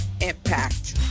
impact